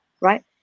right